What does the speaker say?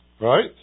Right